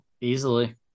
Easily